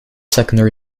secondary